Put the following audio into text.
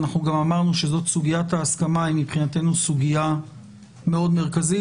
ואנחנו גם אמרנו שסוגיית ההסכמה מבחינתנו היא סוגיה מאוד מרכזית.